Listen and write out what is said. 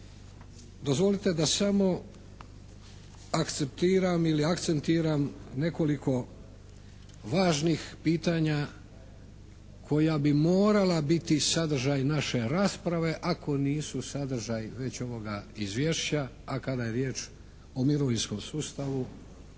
dozvolite da samo akceptiram ili akcentiram nekoliko važnih pitanja koja bi morala biti sadržaj naše rasprave ako nisu sadržaji već ovoga izvješća a kada je riječ o mirovinskom sustavu